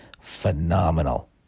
phenomenal